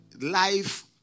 Life